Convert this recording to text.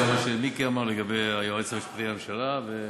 וגם מה שמיקי אמר לגבי היועץ המשפטי לממשלה.